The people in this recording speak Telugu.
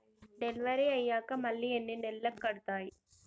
డెలివరీ అయ్యాక మళ్ళీ ఎన్ని నెలలకి కడుతాయి?